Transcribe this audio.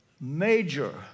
major